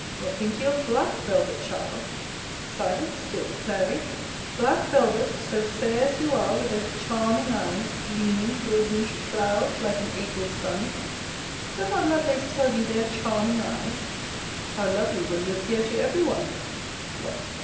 what think you of black velvet, child silent still, clary black velvet, so fair as you are, with those charming eyes, gleaming through a wintry cloud, like an april sun does not lovelace tell you they are charming eyes how lovely will you appear to every one what!